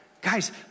Guys